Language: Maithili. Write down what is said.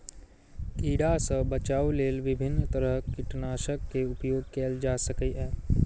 कीड़ा सं बचाव लेल विभिन्न तरहक कीटनाशक के उपयोग कैल जा सकैए